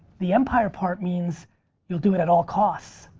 the empire part means you'll do it at all costs.